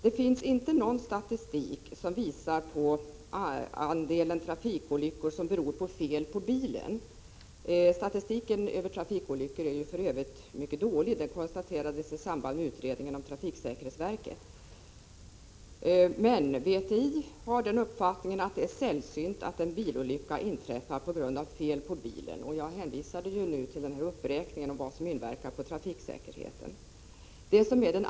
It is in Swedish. Det finns inte någon statistik som visar hur stor andel av trafikolyckorna som beror på fel på bilen. Statistiken över trafikolyckor är för övrigt mycket dålig. Det konstaterades i samband med utredningen om trafiksäkerhetsverket. Men VTI har den uppfattningen att det är sällsynt att en bilolycka inträffar på grund av fel på bilen, och jag hänvisar här till min tidigare uppräkning av vad som inverkar på trafiksäkerheten.